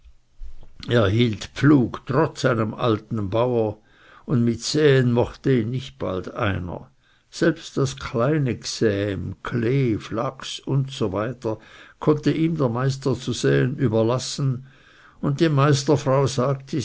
hielt pflug trotz einem alten bauer und mit säen mochte ihn nicht bald einer selbst das kleine gsäm klee flachs usw konnte ihm der meister zu säen überlassen und die